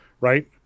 right